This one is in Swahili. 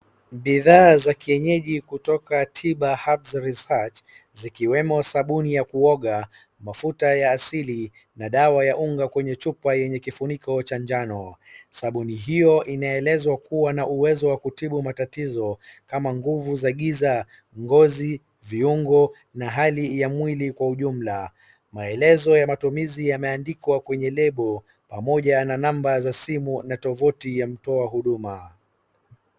Bidhaa za kienyeji kutoka Tiba Hubs Research , zikiwemo sabuni ya kuoga, mafuta ya asili, na dawa ya unga kwenye chupa yenye kifuniko cha njano. Sabuni hiyo inaelezwa kuwa na uwezo wa kutibu matatizo kama nguvu za giza, ngozi, viungo, na hali ya mwili kwa ujumla. Maelezo ya matumizi yameandikwa kwenye lebo, pamoja na namba za simu na tovuti ya mtoa huduma.